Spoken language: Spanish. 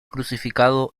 crucificado